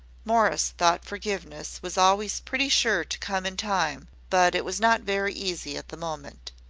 morris thought forgiveness was always pretty sure to come in time but it was not very easy at the moment.